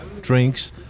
drinks